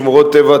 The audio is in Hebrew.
שמורות טבע,